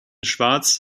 schwarz